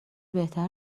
بهتر